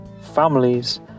Families